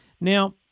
Now